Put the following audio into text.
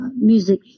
music